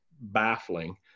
baffling